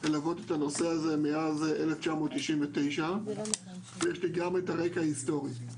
ללוות את הנושא הזה מאז 1999 ויש לי גם את הרקע ההיסטורי.